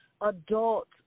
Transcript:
adult